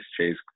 Chase